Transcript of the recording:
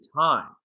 time